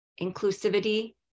inclusivity